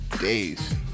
days